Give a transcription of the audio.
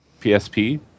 PSP